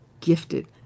gifted